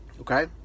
okay